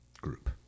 group